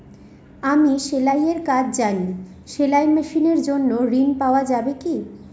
আমি সেলাই এর কাজ জানি সেলাই মেশিনের জন্য ঋণ পাওয়া যাবে কি?